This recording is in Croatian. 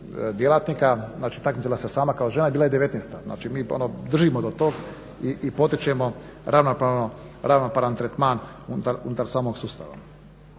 djelatnika, znači takmičila se sama kao žena i bila je 19. Znači mi držimo do tog i potičemo ravnopravan tretman unutar samog sustava.